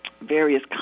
various